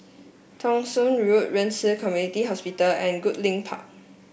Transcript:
Thong Soon Road Ren Ci Community Hospital and Goodlink Park